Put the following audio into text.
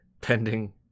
pending